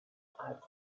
arts